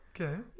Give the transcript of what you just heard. Okay